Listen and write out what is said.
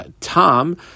Tom